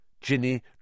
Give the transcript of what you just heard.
Ginny